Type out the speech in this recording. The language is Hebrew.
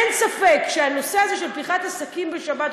אין ספק שהנושא הזה של פתיחת עסקים בשבת,